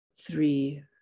three